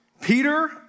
Peter